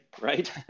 right